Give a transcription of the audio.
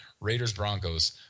Raiders-Broncos